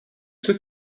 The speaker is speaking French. ceux